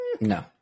No